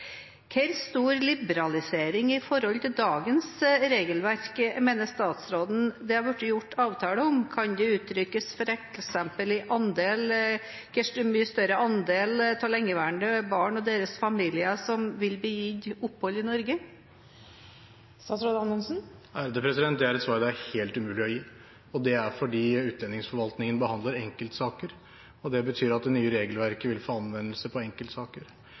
Hvor stor liberalisering – i forhold til dagens regelverk – mener statsråden at det har blitt gjort avtale om? Kan det f.eks. uttrykkes i hvor mye større andel av de lengeværende barna og deres familier som vil bli gitt opphold i Norge? Det er et svar det er helt umulig å gi. Det er fordi utlendingsforvaltningen behandler enkeltsaker, og det betyr at det nye regelverket vil få anvendelse på enkeltsaker.